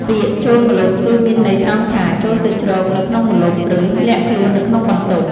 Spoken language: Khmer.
ពាក្យ "ចូលម្លប់" គឺមានន័យត្រង់ថា "ចូលទៅជ្រកនៅក្នុងម្លប់" ឬ "លាក់ខ្លួននៅក្នុងបន្ទប់"។